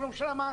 תשלום של המעסיק.